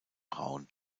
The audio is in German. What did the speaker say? braun